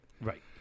Right